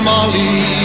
Molly